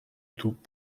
توپ